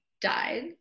died